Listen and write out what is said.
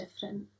different